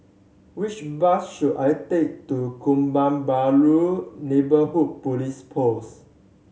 which bus should I take to Kebun Baru Neighbourhood Police Post